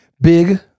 big